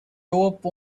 dope